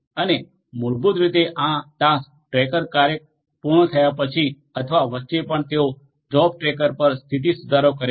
અને મૂળભૂત રીતે આ ટાસ્ક ટ્રેકર કાર્ય પૂર્ણ થયા પછી અથવા વચ્ચે પણ તેઓ જોબ ટ્રેકર પર સ્થિતિ સુધારો કરે છે